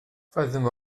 fazendo